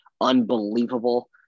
unbelievable